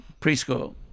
preschool